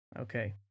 Okay